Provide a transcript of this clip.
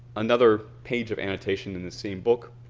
another page of annotation in the same book